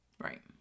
Right